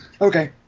Okay